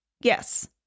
yes